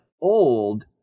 old